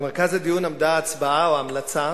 במרכז הדיון עמדה ההצבעה או ההמלצה